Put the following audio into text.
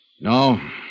No